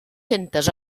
centes